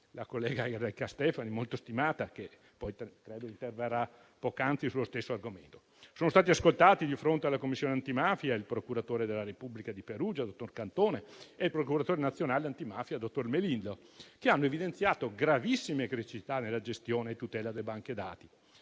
la collega Stefani, molto stimata e che credo interverrà più avanti sullo stesso argomento). Sono stati ascoltati di fronte alla Commissione parlamentare antimafia, il procuratore della Repubblica di Perugia, dottor Cantone, e il procuratore nazionale antimafia, dottor Melillo, che hanno evidenziato gravissime criticità nella gestione e tutela delle banche dati.